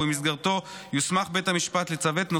ובמסגרתו יוסמך בית המשפט לצוות,